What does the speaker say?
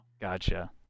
Gotcha